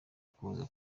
kuza